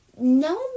No